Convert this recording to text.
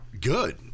Good